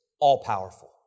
all-powerful